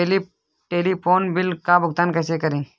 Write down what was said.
Telephone bill का भुगतान कैसे करें?